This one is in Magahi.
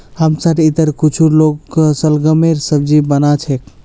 हमसार इधर कुछू लोग शलगमेर सब्जी बना छेक